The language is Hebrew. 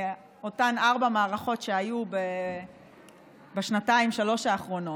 אותן ארבע מערכות שהיו בשנתיים-שלוש האחרונות.